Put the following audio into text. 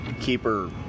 keeper